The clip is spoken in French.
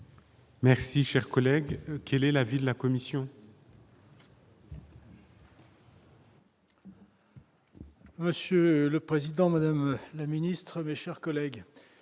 Merci, cher collègue, quel est l'avis de la commission. Monsieur le Président, Madame la Ministre des chers collègues,